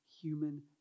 human